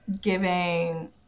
giving